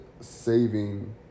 saving